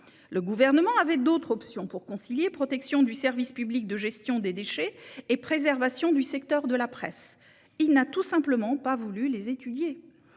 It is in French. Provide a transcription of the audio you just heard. Le Gouvernement avait d'autres options pour concilier protection du service public de gestion des déchets et préservation du secteur de la presse. Il n'a tout simplement pas voulu les étudier.